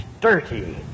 dirty